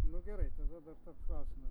nu gerai tada toks klausimas